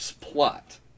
plot